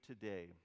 today